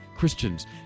christians